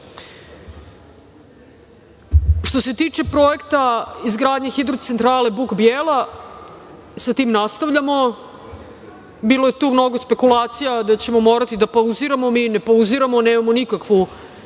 se tiče projekta izgradnje hidrocentrale Buk Bijela, sa tim nastavljamo. Bilo je tu mnogo spekulacija da ćemo morati da pauziramo. Mi ne pauziramo, nemamo nikakvu